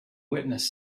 witness